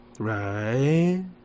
Right